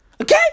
Okay